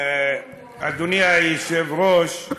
אדוני היושב-ראש,